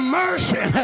mercy